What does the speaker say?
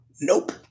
Nope